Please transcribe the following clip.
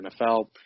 NFL